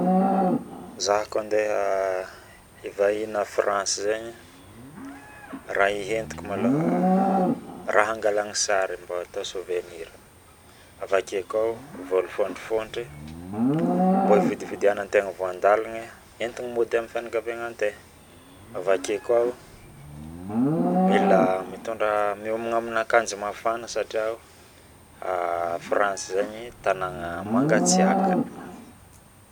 Zaho koa andehe hivahiny a France zaigni raha hientiko maloha raha angalafna sary avakeo koa vola fotrifotry mbao ividianagna voandalagna oentigna mody amin'ny fianakaviantegna avakeo koa mila miomagna aminy akanjo mafana France zaigny tanagna mangatsiaka